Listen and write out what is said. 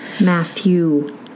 Matthew